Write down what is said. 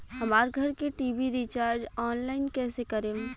हमार घर के टी.वी रीचार्ज ऑनलाइन कैसे करेम?